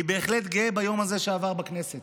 אני בהחלט גאה ביום הזה שעבר בכנסת.